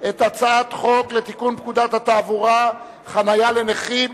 את הצעת חוק לתיקון פקודת התעבורה (חנייה לנכים).